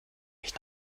mich